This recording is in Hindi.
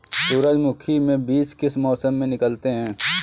सूरजमुखी में बीज किस मौसम में निकलते हैं?